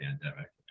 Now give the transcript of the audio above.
pandemic